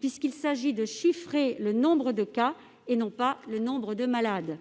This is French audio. puisqu'il s'agit de chiffrer, non pas le nombre de malades, mais le nombre de cas.